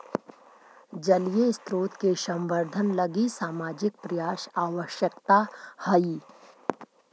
जलीय स्रोत के संवर्धन लगी सामाजिक प्रयास आवश्कता हई